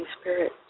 Spirit